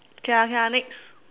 okay ah okay ah next